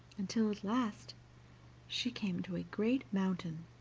until at last she came to a great mountain.